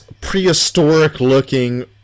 prehistoric-looking